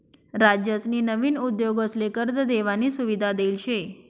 राज्यसनी नवीन उद्योगसले कर्ज देवानी सुविधा देल शे